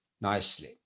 nicely